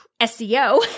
SEO